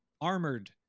armored